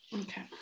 okay